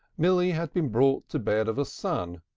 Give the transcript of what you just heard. milly had been brought to bed of a son,